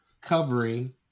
covering